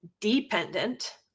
dependent